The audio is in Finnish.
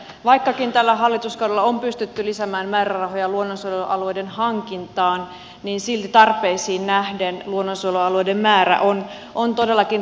vaikkakin tällä hallituskaudella on pystytty lisäämään määrärahoja luonnonsuojelualueiden hankintaan niin silti tarpeisiin nähden luonnonsuojelualueiden määrä on todellakin riittämätön